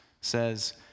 says